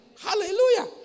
Hallelujah